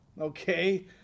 Okay